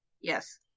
Yes